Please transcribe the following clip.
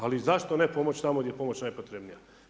Ali zašto ne pomoći tamo gdje je pomoć najpotrebnija.